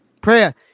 Prayer